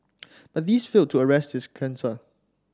but these failed to arrest his cancer